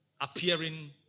appearing